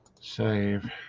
save